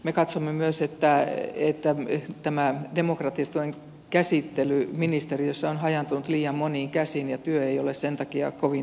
me katsomme myös että tämä demokratiatuen käsittely ministeriössä on hajaantunut liian moniin käsiin ja työ ei ole sen takia kovin tehokasta